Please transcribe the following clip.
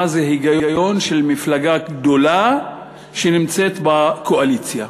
זה היגיון של מפלגה גדולה שנמצאת בקואליציה.